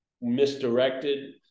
misdirected